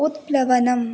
उत्प्लवनम्